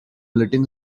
letting